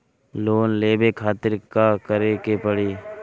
Loan लेवे खातिर का करे के पड़ी?